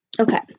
Okay